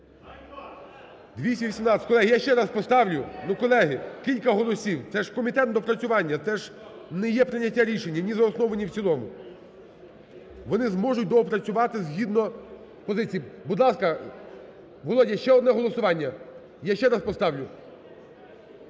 За-218 Колеги, я ще раз поставлю. Ну колеги, кілька голосів, це ж в комітет на доопрацювання, це ж не є прийняття рішення ні за основу, ні в цілому, вони зможуть доопрацювати згідно позиції. Будь ласка, Володя, ще одне голосування, я ще раз поставлю.